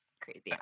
crazy